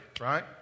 right